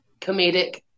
comedic